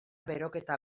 beroketa